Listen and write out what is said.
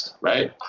right